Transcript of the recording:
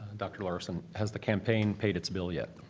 dr. larson, has the campaign paid its bill yet?